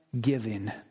giving